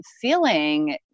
feeling